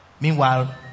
Meanwhile